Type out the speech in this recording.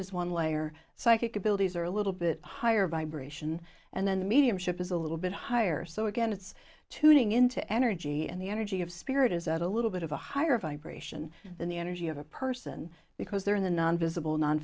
is one layer psychic abilities are a little bit higher vibration and then the mediumship is a little bit higher so again it's tuning into energy and the energy of spirit is at a little bit of a higher vibration than the energy of a person because they're in the non visible non